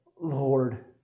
Lord